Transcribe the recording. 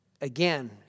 again